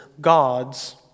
God's